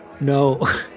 No